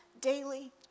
daily